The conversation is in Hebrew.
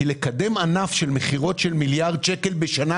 כי כדי לקדם ענף של מכירות של מיליארד שקל בשנה